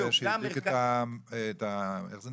זה שהדליק את המשואה.